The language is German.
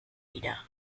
wieder